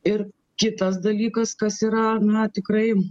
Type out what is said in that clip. ir kitas dalykas kas yra na tikrai